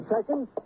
Second